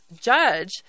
judge